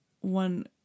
one